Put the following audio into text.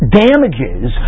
damages